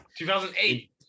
2008